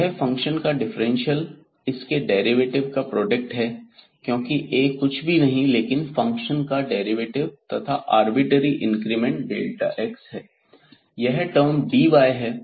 यह फंक्शन का डिफरेंशियल इसके डेरिवेटिव का प्रोडक्ट है क्योंकि A कुछ भी नहीं लेकिन फंक्शन का डेरिवेटिव तथा आर्बिट्रेरी इंक्रीमेंट x है यह टर्म dy है